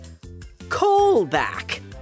callback